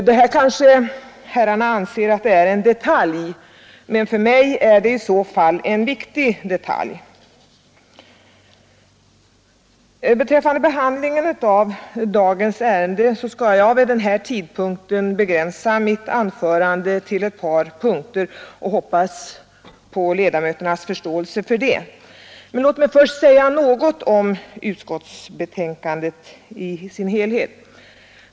Herrarna i kammaren kanske anser att detta är en detalj, men för mig är det i så fall en viktig detalj. Beträffande behandlingen av dagens ärende skall jag vid denna tidpunkt begränsa mitt anförande till ett par punkter. Jag hoppas på ledamöternas förståelse för det. Men låt mig först säga något om utskottsbetänkandet i dess helhet.